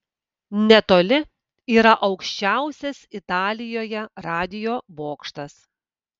netoli yra aukščiausias italijoje radijo bokštas